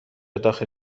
داخل